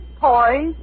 poise